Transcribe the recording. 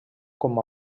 com